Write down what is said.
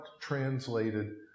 translated